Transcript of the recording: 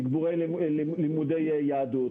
תגבור לימודי יהדות.